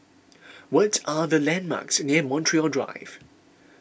what are the landmarks near Montreal Drive